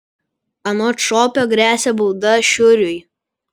anot šopio gresia bauda šiuriui